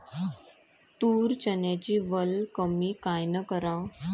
तूर, चन्याची वल कमी कायनं कराव?